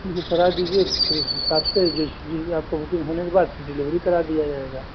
ठीक है करा दीजिये फिर उस हिसाब से जिस जैसे आपका बुकिंग होने के बाद डिलीवरी करा दिया जायेगा